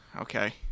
Okay